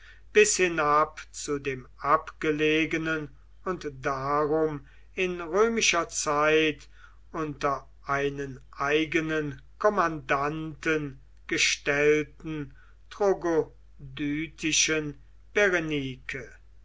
bis hinab zu dem abgelegenen und darum in römischer zeit unter einen eigenen kommandanten gestellten